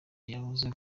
yavuze